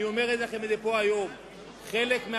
מה אצלכם?